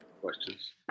questions